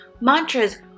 mantras